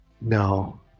No